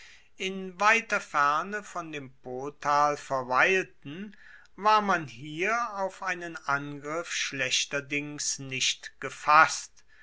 in weiter ferne von dem potal verweilten war man hier auf einen angriff schlechterdings nicht gefasst